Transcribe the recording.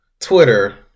Twitter